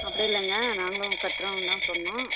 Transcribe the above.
அப்படி இல்லைங்க நாங்களும் கட்டுறோன்னுதான் சொன்னோம்